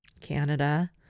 Canada